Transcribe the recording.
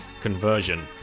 conversion